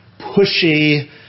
pushy